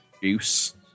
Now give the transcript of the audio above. Juice